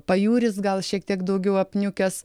pajūris gal šiek tiek daugiau apniukęs